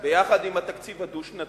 יחד עם התקציב הדו-שנתי,